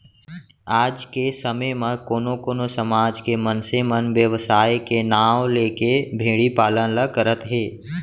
आज के समे म कोनो कोनो समाज के मनसे मन बेवसाय के नांव लेके भेड़ी पालन ल करत हें